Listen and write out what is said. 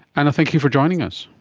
anna, thank you for joining us.